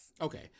Okay